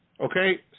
Okay